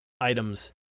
items